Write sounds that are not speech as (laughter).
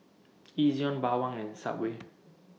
(noise) Ezion Bawang and Subway